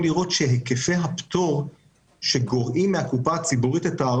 לראות את היקפי הפטורים מארנונה שנגרעים מהקופה הציבורית.